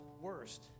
worst